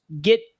get